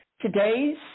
Today's